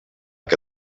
que